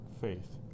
faith